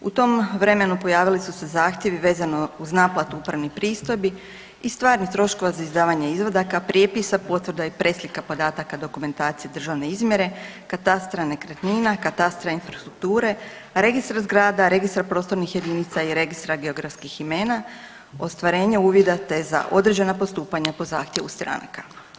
U tom vremenu pojavili su se zahtjevi vezano uz naplatu upravnih pristojbi i stvarnih troškova za izdavanje izvadaka, prijepisa, potvrda i preslika podataka dokumentacije državne izmjere, katastra nekretnina, katastra infrastrukture, registra zgrada, registra prostornih jedinica i registra geografskih imena, ostvarenje uvida te za određenja postupanja po zahtjevu stranaka.